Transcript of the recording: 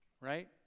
right